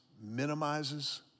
minimizes